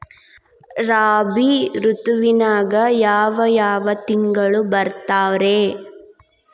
ರಾಬಿ ಋತುವಿನಾಗ ಯಾವ್ ಯಾವ್ ತಿಂಗಳು ಬರ್ತಾವ್ ರೇ?